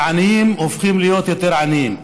והעניים הופכים להיות יותר עניים.